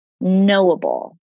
Knowable